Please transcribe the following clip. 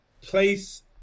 Place